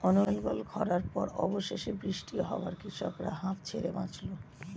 অনর্গল খড়ার পর অবশেষে বৃষ্টি হওয়ায় কৃষকরা হাঁফ ছেড়ে বাঁচল